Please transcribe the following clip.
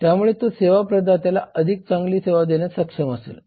त्यामुळे तो सेवा प्रदात्याला अधिक चांगली सेवा देण्यास सक्षम असेल